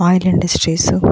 oil industries